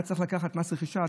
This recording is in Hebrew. היה צריך לקחת מס רכישה,